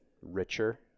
richer